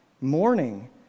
mourning